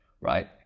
right